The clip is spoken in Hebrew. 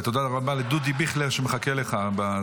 ותודה רבה לדודי ביכלר, שמחכה לך.